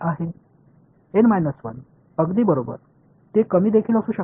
எனவே இது ஒரு பாலி வரிசை N 1 சரி